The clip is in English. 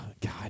God